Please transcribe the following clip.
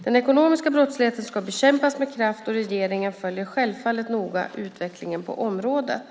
Den ekonomiska brottsligheten ska bekämpas med kraft, och regeringen följer självfallet noga utvecklingen på området.